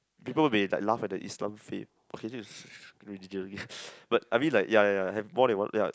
people may like laugh at the Islam faith okay this is religion but I mean like ya ya ya have more than one ya